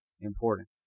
important